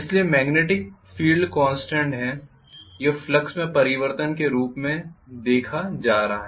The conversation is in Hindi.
इसलिए मॅग्नेटिक फील्ड कॉन्स्टेंट है यह फ्लक्स में परिवर्तन के रूप में देख जा रहा है